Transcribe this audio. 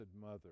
mother